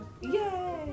Yay